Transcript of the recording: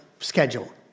schedule